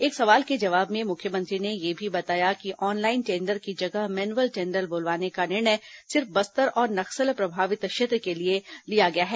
एक सवाल के जवाब में मुख्यमंत्री ने यह भी बताया कि ऑनलाइन टेंडर की जगह मेन्यूवल टेंडर बुलवाने का निर्णय सिर्फ बस्तर और नक्सल प्रभावित क्षेत्र के लिए लिया गया है